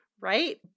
Right